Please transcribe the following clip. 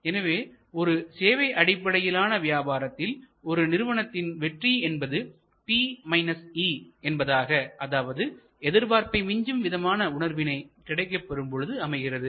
எனவே ஒரு சேவை அடிப்படையிலான வியாபாரத்தில் ஒரு நிறுவனத்தின் வெற்றி என்பது என்பதாக அதாவது எதிர்பார்ப்பை மிஞ்சும் விதமான உணர்வினை கிடைக்கப் பெறும் பொழுது அமைகிறது